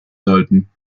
sollten